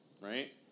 Right